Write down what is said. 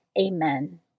Amen